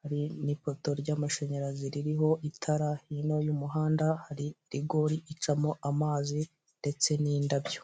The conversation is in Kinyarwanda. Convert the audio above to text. hari n'ipoto ry'amashanyarazi ririho itara, hino y'umuhanda hari rigori icamo amazi ndetse n'indabyo.